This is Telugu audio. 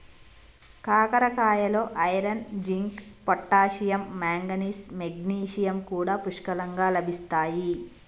కాకరకాయలో iron, zinc, potassium, manganese, magnesium కూడా పుష్కలంగా లభిస్తాయి